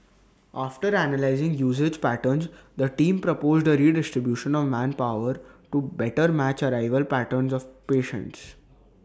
after analysing usage patterns the team proposed A redistribution of manpower to better match arrival patterns of patients